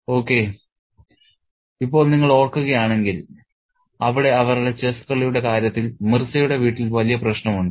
okay ഇപ്പോൾ നിങ്ങൾ ഓർക്കുകയാണെങ്കിൽ അവിടെ അവരുടെ ചെസ്സ് കളിയുടെ കാര്യത്തിൽ മിർസയുടെ വീട്ടിൽ വലിയ പ്രശ്നമുണ്ട്